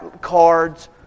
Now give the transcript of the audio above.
cards